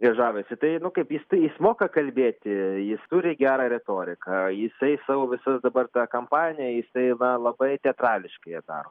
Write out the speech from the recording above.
ir žavisi tai nu kaip jis tai jis moka kalbėti jis turi gerą retoriką jisai savo visas dabar tą kampaniją jisai na labai teatrališkai ją daro